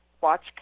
Watch